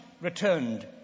returned